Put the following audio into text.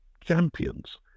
champions